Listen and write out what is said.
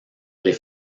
les